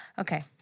Okay